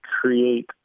create